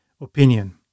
opinion